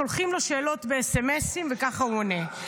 שולחים לו שאלות בסמ"סים וככה הוא עונה,